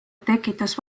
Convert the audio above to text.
tekitas